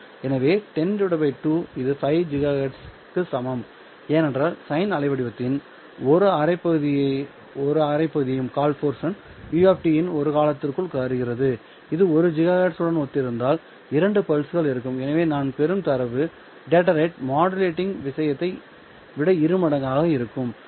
எனவே 102 இது 5 GHz க்கு சமம் ஏனென்றால் சைன் அலைவடிவத்தின் ஒவ்வொரு அரை பகுதியையும் ud இன் ஒரு காலத்திற்குள் தருகிறது இது 1 GHz உடன் ஒத்திருந்தால் இரண்டு பல்ஸ்கள் இருக்கும் எனவே நான் பெறும் தரவு விகிதம் மாடுலேட்டிங் விஷயத்தை விட இரு மடங்காக இருக்கும்